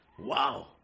Wow